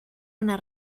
una